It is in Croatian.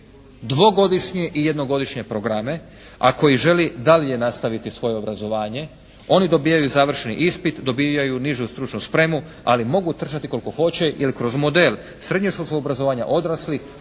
dvogodišnje i jednogodišnje programe, a koji želi dalje nastaviti svoje obrazovanje. Oni dobijaju završni ispit, dobivaju nižu stručnu spremu, ali mogu trčati koliko hoće jer kroz model srednješkolskog obrazovanja odraslih